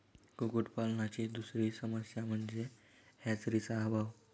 कुक्कुटपालनाची दुसरी समस्या म्हणजे हॅचरीचा अभाव